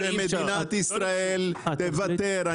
אז שמדינת ישראל תוותר.